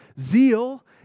Zeal